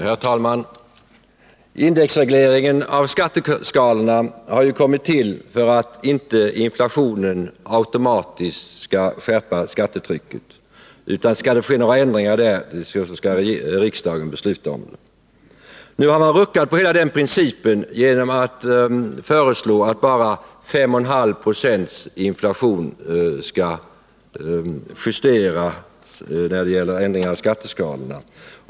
Herr talman! Indexregleringen av skatteskalorna har kommit till för att inflationen inte automatiskt skall skärpa skattetrycket; skall det ske några ändringar på den punkten, så skall riksdagen besluta om dem. Nu har man ruckat på hela den principen genom att föreslå att bara 5,5 90 inflation skall justeras när det gäller ändringar av skatteskalorna.